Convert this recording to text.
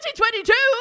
2022